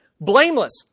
blameless